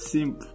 Simp